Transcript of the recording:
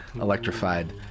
electrified